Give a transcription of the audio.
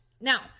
now